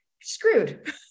Screwed